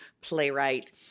playwright